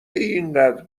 اینقدر